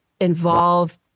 involve